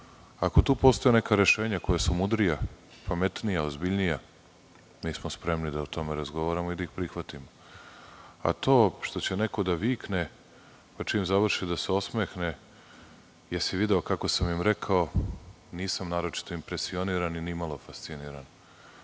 postoje neka rešenja koja su mudrija, pametnija, ozbiljnija, mi smo spremni da o tome razgovaramo i da ih prihvatimo. To što će neko da vikne, pa čim završi da se osmehne – jel si video kako sam im rekao, nisam naročito impresioniran i ni malo fasciniran.